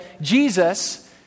Jesus